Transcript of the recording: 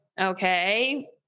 okay